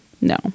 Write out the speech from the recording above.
No